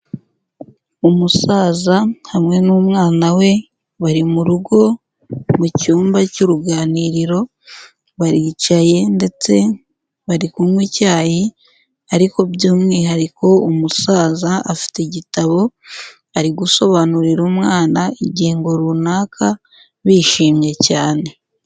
Umusaza hamwe n'umwana we bari mu rugo mu cyumba cy'uruganiriro baricaye ndetse bari kunywa icyayi ariko by'umwihariko umusaza afite igitabo ari gusobanurira umwana ingingo runaka bishimye cyane.